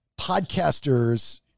podcasters